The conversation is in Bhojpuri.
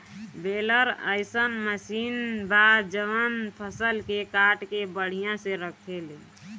बेलर अइसन मशीन बा जवन फसल के काट के बढ़िया से रखेले